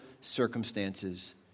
circumstances